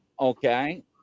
Okay